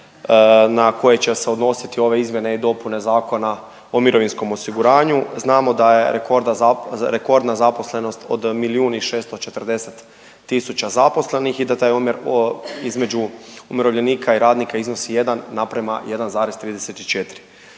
na koje će se odnositi ove izmjene i dopune Zakona o mirovinskom osiguranju. Znamo da je rekordna zaposlenost od milijun i 640 tisuća zaposlenih i da taj omjer između umirovljenika i radnika iznosi 1 naprama 1,34.